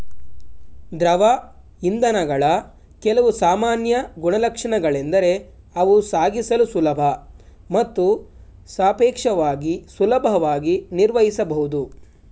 ದ್ರವ ಇಂಧನಗಳ ಕೆಲವು ಸಾಮಾನ್ಯ ಗುಣಲಕ್ಷಣಗಳೆಂದರೆ ಅವು ಸಾಗಿಸಲು ಸುಲಭ ಮತ್ತು ಸಾಪೇಕ್ಷವಾಗಿ ಸುಲಭವಾಗಿ ನಿರ್ವಹಿಸಬಹುದು